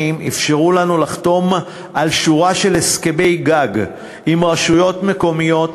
אפשרה לנו לחתום על שורה של הסכמי גג עם רשויות מקומיות